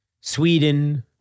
Sweden